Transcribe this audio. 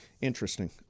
Interesting